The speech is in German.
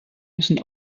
müssen